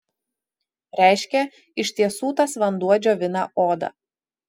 reiškia iš tiesų tas vanduo džiovina odą